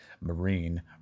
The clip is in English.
Marine